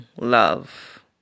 love